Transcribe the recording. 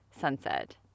sunset